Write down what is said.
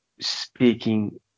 speaking